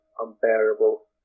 unbearable